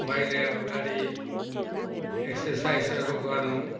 मैले अगाडि एक्सर्साइसहरू गर्नु